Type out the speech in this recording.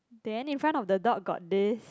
then in front of the dog got this